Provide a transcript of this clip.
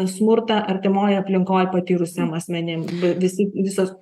smurtą artimojoj aplinkoj patyrusiem asmenim visi visos